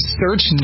search